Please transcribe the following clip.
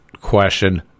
question